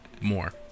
more